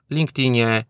LinkedInie